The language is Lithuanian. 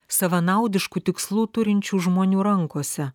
savanaudiškų tikslų turinčių žmonių rankose